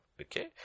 Okay